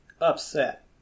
upset